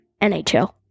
NHL